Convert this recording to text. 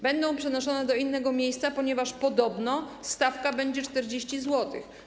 Będą przenoszone do innego miejsca, ponieważ podobno stawka będzie 40 zł.